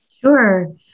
Sure